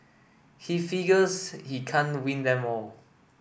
he figures he can't win them all